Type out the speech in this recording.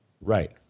Right